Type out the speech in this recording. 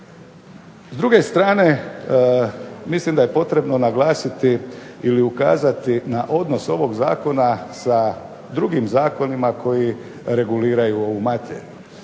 S druge strane mislim da je potrebno naglasiti ili ukazati na odnos ovog Zakona sa drugim zakonima koji reguliraju ovu materiju.